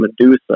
medusa